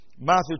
Matthew